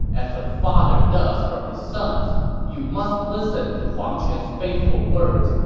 as a father does from his son's you must listen to huang quan's faithful words.